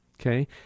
Okay